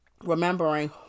remembering